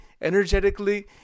energetically